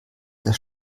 der